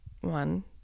one